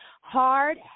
hard